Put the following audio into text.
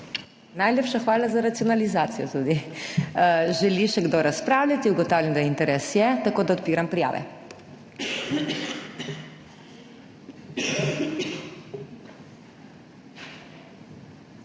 Najlepša hvala za racionalizacijo tudi. Želi še kdo razpravljati? (Da.) Ugotavljam, da interes je, tako da odpiram prijave.